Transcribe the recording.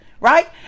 right